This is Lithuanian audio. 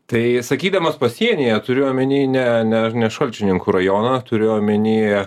tai sakydamas pasienyje turiu omeny ne ne ne šalčininkų rajoną turiu omeny